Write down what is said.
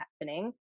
happening